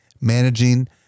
managing